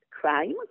Crime